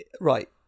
Right